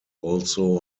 also